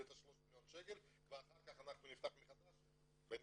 שלוש מיליון שקל ואחר כך נפתח מחדש" בינינו,